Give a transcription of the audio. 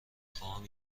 خواهم